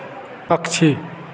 पक्षी